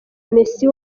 messi